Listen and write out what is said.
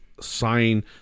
sign